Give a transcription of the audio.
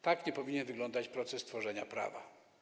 Tak nie powinien wyglądać proces tworzenia prawa.